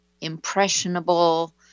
impressionable